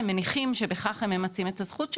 הם מניחים שבכך הם ממצים את הזכות שלהם,